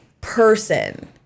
person